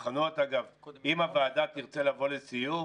אם הוועדה תרצה לבוא לסיור,